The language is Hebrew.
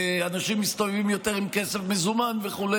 ואנשים מסתובבים יותר עם כסף מזומן וכו',